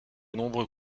nombreux